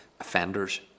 offenders